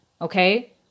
Okay